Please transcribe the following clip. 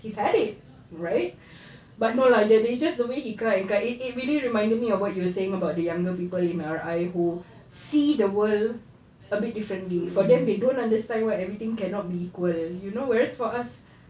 had it right but no lah the the it's just the way he cried it it really reminded me of what you were saying about the younger people in R_I who see the world a bit differently but then they don't understand why everything cannot be equal you know whereas for us